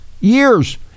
years